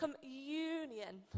Communion